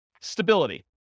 Stability